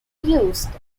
used